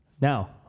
Now